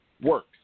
works